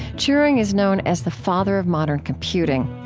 turing is known as the father of modern computing.